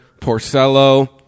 Porcello